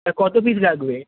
তা কত পিস লাগবে